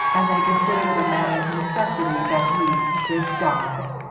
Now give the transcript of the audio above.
and they considered it a matter of necessity that he should die.